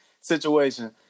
situation